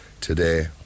today